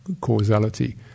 causality